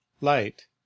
light